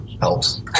helps